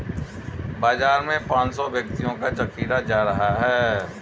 बाजार में पांच सौ व्यक्तियों का जखीरा जा रहा है